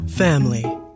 family